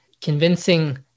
convincing